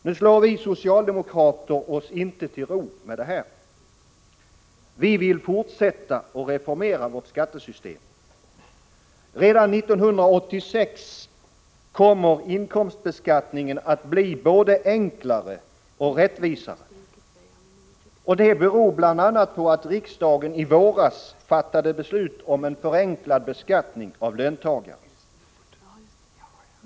Nu slår vi socialdemokrater oss inte till ro med detta. Vi vill fortsätta att reformera skattesystemet. Redan 1986 kommer inkomstbeskattningen att bli både enklare och rättvisare. Det beror bl.a. på att riksdagen i våras fattade beslut om en förenklad beskattning av löntagare.